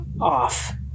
off